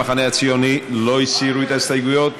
הציוני לא הסירו את ההסתייגויות?